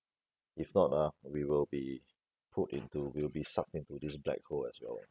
if not ah we will be put into we'll be sucked into this black hole as well ah